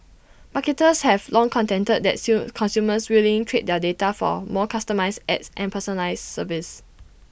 marketers have long contended that sume consumers willing in trade their data for more customised ads and personalised services